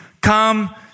come